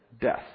Death